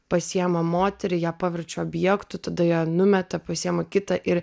pasiema moterį ją paverčia objektu tada ją numeta pasiema kitą ir